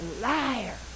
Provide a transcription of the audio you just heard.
liar